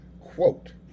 Quote